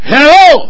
Hello